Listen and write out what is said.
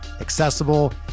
accessible